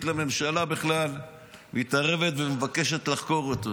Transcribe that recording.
לממשלה בכלל מתערבת ומבקשת לחקור אותו.